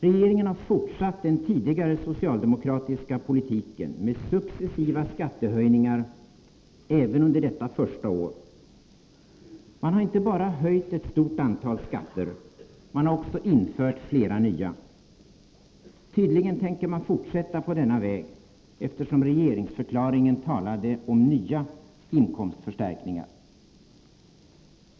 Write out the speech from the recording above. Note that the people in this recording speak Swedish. Regeringen har fortsatt den tidigare socialdemokratiska politiken med successiva skattehöjningar även under detta första år. Man har inte bara höjt ett stort antal skatter, man har också infört flera nya. Tydligen tänker man fortsätta på denna väg, eftersom regeringsförklaringen talade om nya inkomstförstärkningar.